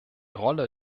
rolle